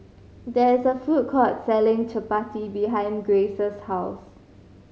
there is a food court selling Chapati behind Grayce's house